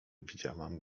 widziałem